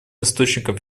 источником